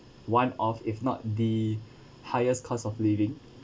one of if not the highest cost of living